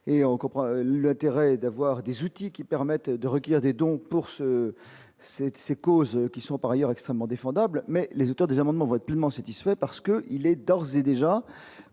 et on comprend le intérêt d'avoir des outils qui permettent de recueillir des dons pour ce c'était ces causes qui sont par ailleurs extrêmement défendable, mais les auteurs des amendements votés pleinement satisfait parce que il est d'ores et déjà